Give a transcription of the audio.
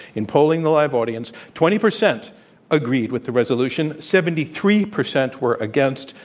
in polling the live audience, twenty percent agreed with the resolution, seventy three percent were against,